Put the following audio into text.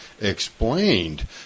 explained